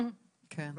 זוכרת?